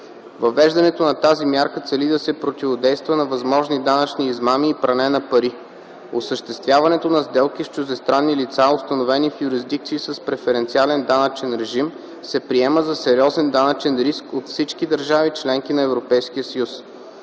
Въвеждането на тази мярка цели да се противодейства на възможни данъчни измами и пране на пари. Осъществяването на сделки с чуждестранни лица, установени в юрисдикции с преференциален данъчен режим, се приема за сериозен данъчен риск от всички държави – членки на ЕС.